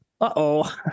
Uh-oh